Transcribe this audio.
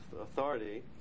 Authority